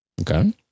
Okay